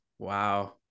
Wow